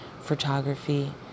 photography